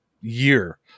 year